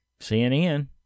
cnn